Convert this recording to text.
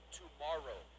tomorrow